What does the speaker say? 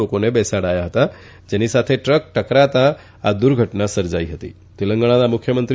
લોકોને બેસાડાયા હતા જેની સાથે એક ટ્રક ટકરાતા આ દુર્ઘટના સર્જાઈ હતીતેલંગણાના મુખ્યમંત્રી